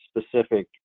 specific